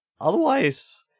otherwise